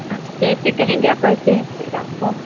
हाँ जैसे कहेंगे आप वैसे ही देगा आपको